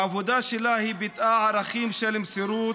בעבודה שלה היא ביטאה ערכים של מסירות,